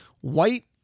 white